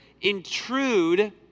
intrude